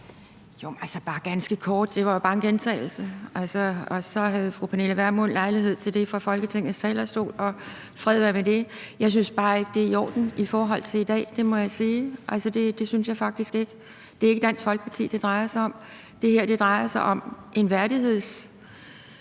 Jo, men bare ganske kort: Det var jo bare en gentagelse, og så havde fru Pernille Vermund lejlighed til det fra Folketingets talerstol, og fred være med det. Jeg synes bare ikke, det er i orden i forhold til i dag. Det må jeg sige. Det synes jeg faktisk ikke. Det er ikke Dansk Folkeparti, det drejer sig om. Det her drejer sig om et værdighedsstempel